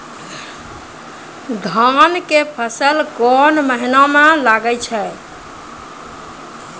धान के फसल कोन महिना म लागे छै?